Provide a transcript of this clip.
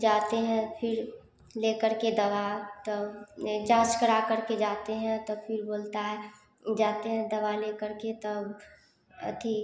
जाते हैं फिर लेकर के दवा तौ ये जाँच कराकर के जाते हैं तो फिर बोलता है जाते हैं दवा लेकर के तब अथि